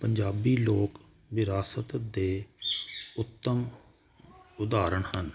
ਪੰਜਾਬੀ ਲੋਕ ਵਿਰਾਸਤ ਦੇ ਉੱਤਮ ਉਦਾਹਰਨ ਹਨ